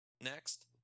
Next